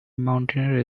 mountaineer